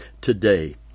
today